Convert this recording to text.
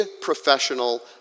professional